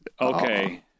Okay